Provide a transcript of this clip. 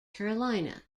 carolina